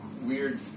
weird